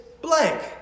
blank